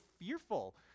fearful